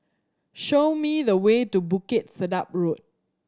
show me the way to Bukit Sedap Road